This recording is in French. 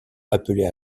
appelée